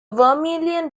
vermillion